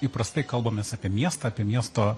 įprastai kalbamės apie miestą apie miesto